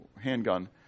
handgun